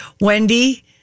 Wendy